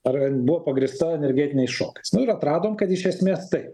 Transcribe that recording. ar buvo pagrįsta energetiniais šokais nu ir atradom kad iš esmės taip